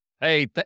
Hey